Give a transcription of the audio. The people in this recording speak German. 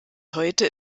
heute